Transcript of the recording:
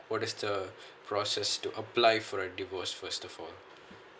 what is the process to apply for the divorce first of all